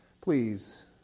Please